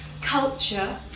culture